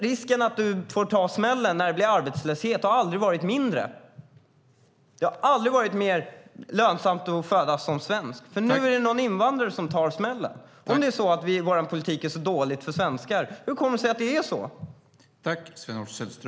Risken att du får ta smällen när det blir arbetslöshet har aldrig varit mindre, för nu är det någon invandrare som tar smällen. Om vår politik är så dålig för svenskar - hur kommer det sig då att det är så här?